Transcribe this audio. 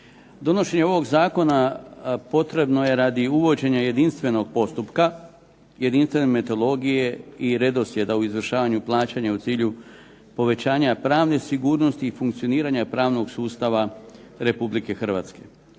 Donošenje ovog Zakona potrebno je radi uvođenja jedinstvenog postupka, jedinstvene metodologije i redoslijeda u izvršavanju plaćanja u cilju povećanja pravne sigurnosti i funkcioniranja pravnog sustava Republike Hrvatske.